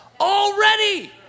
already